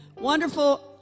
wonderful